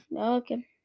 Okay